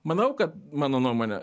manau kad mano nuomone